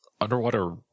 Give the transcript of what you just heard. underwater